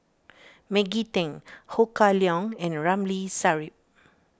Maggie Teng Ho Kah Leong and Ramli Sarip